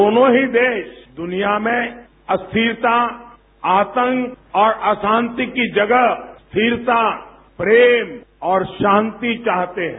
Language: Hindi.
दोनो की देश दुनिया में अस्थिरता आतंक और अशांति की जगह स्थिरता प्रेम और शांति चाहते हैं